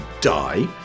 die